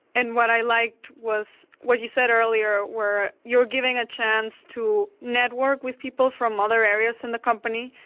and what i liked was what you said earlier, where you're giving a chance to network with people from other areas in the company.